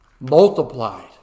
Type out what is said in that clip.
multiplied